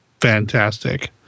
fantastic